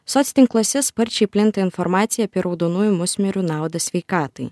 soc tinkluose sparčiai plinta informacija apie raudonųjų musmirių naudą sveikatai